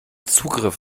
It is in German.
zugriff